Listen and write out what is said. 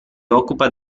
occupa